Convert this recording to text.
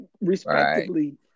respectively